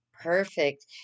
Perfect